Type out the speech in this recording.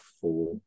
four